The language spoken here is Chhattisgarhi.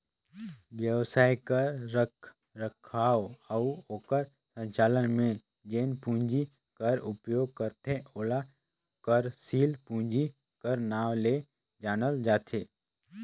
बेवसाय कर रखरखाव अउ ओकर संचालन में जेन पूंजी कर उपयोग करथे ओला कारसील पूंजी कर नांव ले जानल जाथे